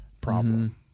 problem